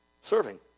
Serving